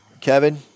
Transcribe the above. Kevin